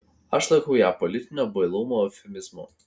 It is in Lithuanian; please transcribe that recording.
aš laikau ją politinio bailumo eufemizmu